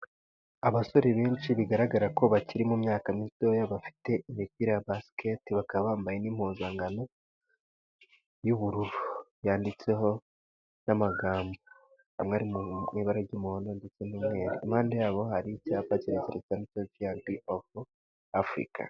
Abasore benshi bigaragara ko bakiri mu myaka mitoya bafite imipira ya basiketi, bakaba bambaye n'impuzankano y'ubururu yanditseho n'amagambo. Ibara ry'umuhondo, ndetse n'umweru, impande yabo hari icyapa kizikana b of africa